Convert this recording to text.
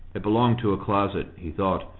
it belonged to a closet, he thought,